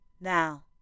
Now